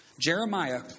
Jeremiah